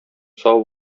сау